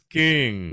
king